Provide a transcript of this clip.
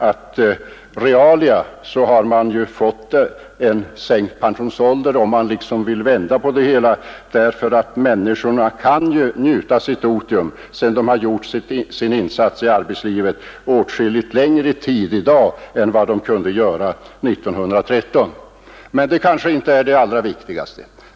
Det innebär att man, om man vill vända på det hela, kan säga att vi realiter har fått en sänkt pensionsålder därför att människorna sedan de har gjort sin insats i arbetslivet kan njuta sitt otium under åtskilligt längre tid nu än vad de som pensionerades 1913 kunde göra. Men detta kanske inte är det allra viktigaste.